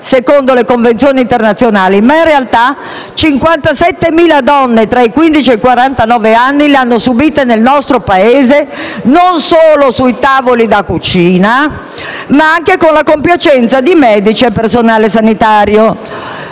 secondo le Convenzioni internazionali, ma in realtà 57.000 donne tra i quindici e i quarantanove anni le hanno subite nel nostro Paese non solo sui tavoli da cucina, ma anche con la compiacenza di medici e personale sanitario.